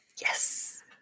yes